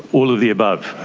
all of the above.